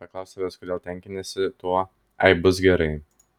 paklausk savęs kodėl tenkiniesi tuo ai bus gerai